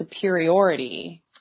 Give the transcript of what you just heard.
superiority